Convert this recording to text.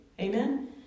Amen